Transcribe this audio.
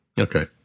Okay